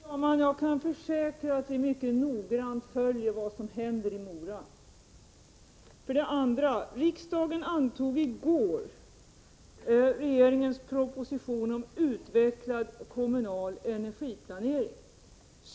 Fru talman! Jag kan försäkra att vi mycket noggrant följer vad som händer i Mora. Riksdagen antog i går regeringens proposition om utvecklad kommunal energiplanering.